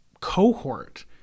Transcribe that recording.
cohort